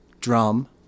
drum